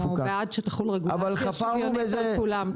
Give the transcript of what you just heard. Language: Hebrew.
אנחנו בעד שתחול רגולציה שוויונית לכולם.